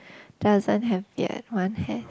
doesn't have beard one have